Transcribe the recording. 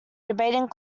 debating